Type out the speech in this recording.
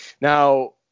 Now